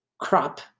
Crop